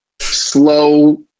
slow